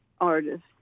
artist